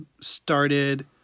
started